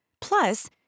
Plus